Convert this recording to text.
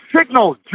signal